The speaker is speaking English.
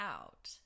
out